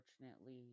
unfortunately